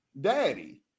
daddy